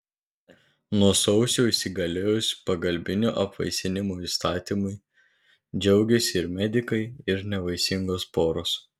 nuo sausio įsigaliojus pagalbinio apvaisinimo įstatymui džiaugėsi ir medikai ir nevaisingos poros